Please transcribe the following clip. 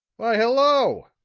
why, hello,